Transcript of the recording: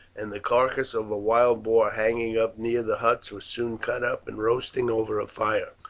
and the carcass of a wild boar hanging up near the huts was soon cut up and roasting over a fire,